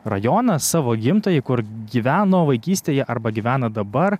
rajoną savo gimtąjį kur gyveno vaikystėje arba gyvena dabar